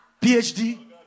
PhD